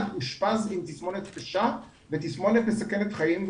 אושפז עם תסמונת קשה ותסמונת מסכנת חיים.